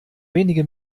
wenige